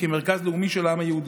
כמרכז לאומי של העם היהודי.